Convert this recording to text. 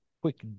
Quick